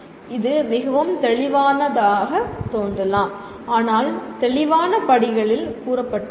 இது மிகவும் தெளிவாகத் தோன்றலாம் ஆனால் தெளிவான படிகளில் கூறப்பட்டுள்ளது